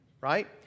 Right